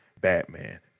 Batman